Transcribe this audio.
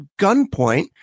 gunpoint